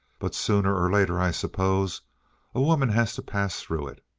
but sooner or later i suppose a woman has to pass through it.